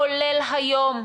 כולל היום.